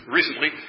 recently